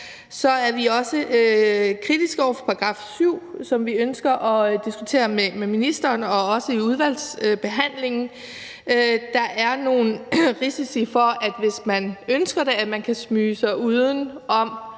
så er vi også kritiske over for § 7, som vi ønsker at diskutere med ministeren og også i udvalgsbehandlingen. Der er nogle risici for, at man, hvis man ønsker det, kan smyge sig uden om